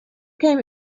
came